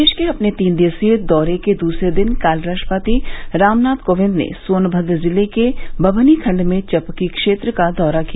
प्रदेश के अपने तीन दिवसीय दौरे के दूसरे दिन कल राष्ट्रपति रामनाथ कोविंद ने सोनभद्र जिले के बभनी खंड में चपकी क्षेत्र का दौरा किया